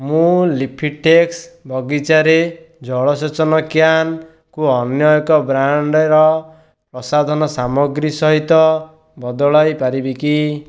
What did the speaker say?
ମୁଁ ଲିଫିଟେକ୍ସ ବଗିଚାରେ ଜଳସେଚନ କ୍ୟାନ୍ କୁ ଅନ୍ୟ ଏକ ବ୍ରାଣ୍ଡ୍ର ପ୍ରସାଧନ ସାମଗ୍ରୀ ସହିତ ବଦଳାଇ ପାରିବିକି